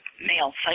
male